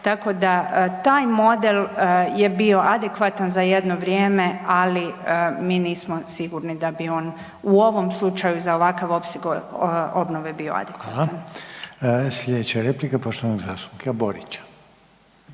tako da taj model je bio adekvatan za jedno vrijeme, ali mi nismo sigurni da bi on u ovom slučaju za ovakav opseg obnove bio adekvatan. **Reiner, Željko (HDZ)** Hvala.